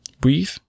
breathe